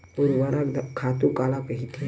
ऊर्वरक खातु काला कहिथे?